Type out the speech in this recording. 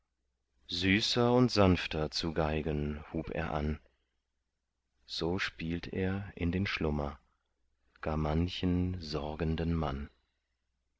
süßer und sanfter zu geigen hub er an so spielt er in den schlummer gar manchen sorgenden mann